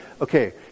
okay